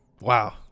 Wow